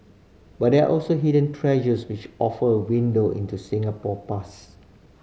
but there are also hidden treasures which offer a window into Singapore past